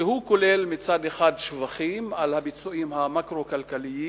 שהוא כולל מצד אחד שבחים על הביצועים המקרו-כלכליים